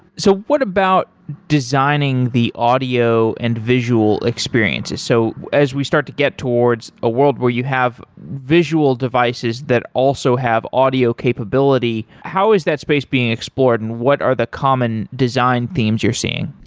so what about designing the audio and visual experiences? so as we start to get towards a world where you have visual devices that also have audio capability, how is that space being explored and what are the common design themes you're seeing?